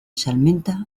salmenta